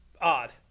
Odd